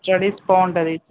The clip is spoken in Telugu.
స్టడీస్ బాగుంటుంది